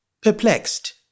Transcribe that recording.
Perplexed